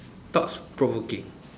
thoughts provoking